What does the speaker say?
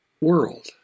world